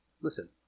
Listen